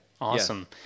Awesome